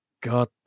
God